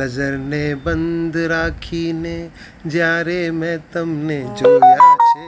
નઝરને બંધ રાખીને જ્યારે મેં તમને જોયા છે